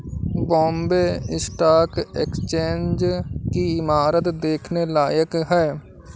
Bombay stock exchange की इमारत देखने लायक है